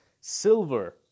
silver